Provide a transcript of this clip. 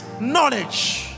Knowledge